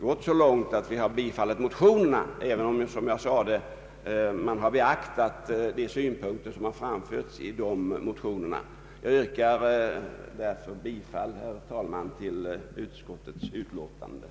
Vi har därför inte ansett oss kunna tillstyrka motionerna, särskilt som ju — som jag sade — de synpunkter som framförs i dem i viss mån redan beaktats. Jag yrkar, herr talman, bifall till utskottets hemställan.